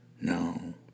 No